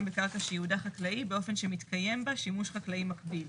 בקרקע שייעודה חקלאי באופן שמתקיים בה שימוש חקלאי מקביל.